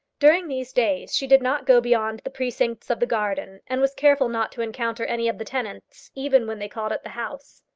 during these days she did not go beyond the precincts of the garden, and was careful not to encounter any of the tenants, even when they called at the house.